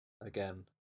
again